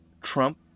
Trump